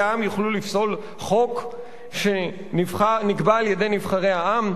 העם יוכלו לפסול חוק שנקבע על-ידי נבחרי העם?